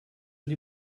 die